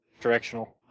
directional